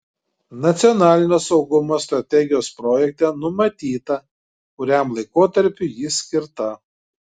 nacionalinio saugumo strategijos projekte nenumatyta kuriam laikotarpiui ji skirta